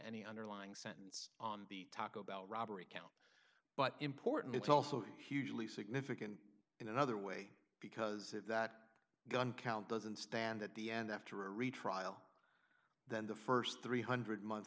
any underlying sentence on the taco bell robbery count but important it's also hugely significant in another way because if that gun count doesn't stand at the end after a retrial then the st three hundred month